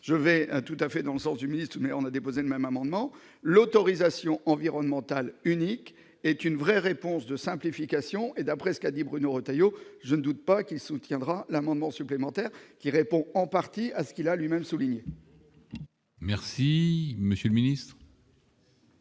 je vais tout à fait dans le sens du ministre mais on a déposé le même amendement, l'autorisation environnementale unique est une vraie réponse de simplification et d'après ce qu'a dit Bruno Retailleau je ne doute pas qu'il soutiendra l'amendement supplémentaires qui répond en partie à ce qu'il a lui-même souligné. Merci, monsieur le Ministre.